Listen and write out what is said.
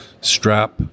strap